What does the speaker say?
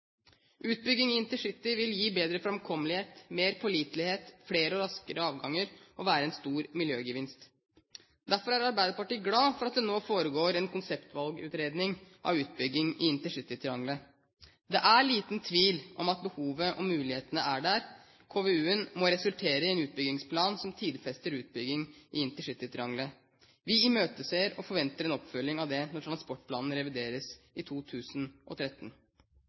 Utbygging i intercitytriangelet vil gi bedre framkommelighet, mer pålitelighet, flere og raskere avganger, og være en stor miljøgevinst. Derfor er Arbeiderpartiet glad for at det nå foregår en konseptvalgutredning av utbygging i intercitytriangelet. Det er liten tvil om at behovet og mulighetene er der. Konseptvalgutredningen må resultere i en utbyggingsplan som tidfester utbyggingen i intercitytriangelet. Vi imøteser og forventer en oppfølging av det når transportplanen revideres i 2013.